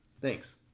Thanks